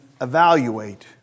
evaluate